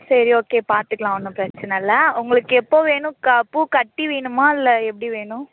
சரி ஓகே பார்த்துக்கலாம் ஒன்றும் பிரச்சன இல்லை உங்களுக்கு எப்போது வேணும் க பூ கட்டி வேணுமா இல்லை எப்படி வேணும்